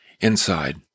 inside